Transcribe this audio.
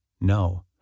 No